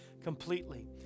completely